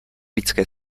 lidské